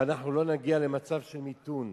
שאנחנו לא נגיע למצב של מיתון.